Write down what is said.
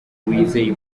wizeye